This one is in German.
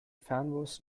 fernbus